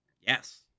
yes